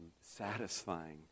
satisfying